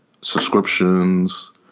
subscriptions